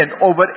over